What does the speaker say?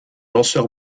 lanceur